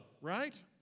Right